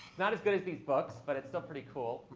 not as good as these books, but it's still pretty cool.